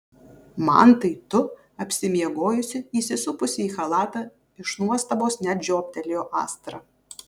mantai tu apsimiegojusi įsisupusi į chalatą iš nuostabos net žioptelėjo astra